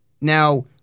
Now